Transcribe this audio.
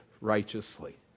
righteously